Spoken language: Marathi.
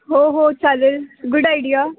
हो हो चालेल गुड आयडिया